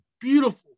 beautiful